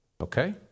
Okay